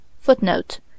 Footnote